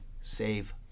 save